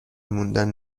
موندن